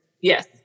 Yes